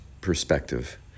Perspective